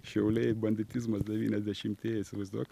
šiauliai banditizmas devyniasdešimtieji įsivaizduok